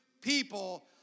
people